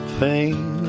pain